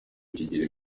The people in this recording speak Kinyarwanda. kigira